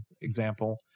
example